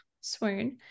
swoon